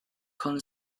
colin